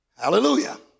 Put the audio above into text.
Hallelujah